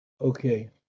Okay